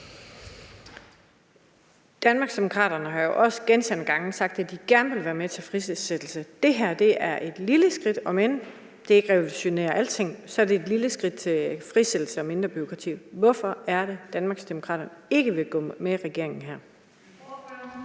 Danmarksdemokraterne har jo også gentagne gange sagt, at de gerne vil være med til frisættelse. Det her er et lille skridt, om end det ikke revolutionerer alting. Det er et lille skridt i forhold til frisættelse og mindre bureaukrati. Hvorfor er det, Danmarksdemokraterne ikke vil gå med regeringen her?